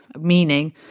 meaning